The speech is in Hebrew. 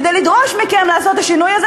כדי לדרוש מכם לעשות את השינוי הזה